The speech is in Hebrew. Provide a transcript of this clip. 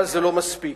אבל זה לא מספיק.